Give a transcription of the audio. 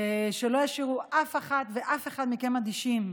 שלא השאירו אף אחת ואף אחד מכם אדישים.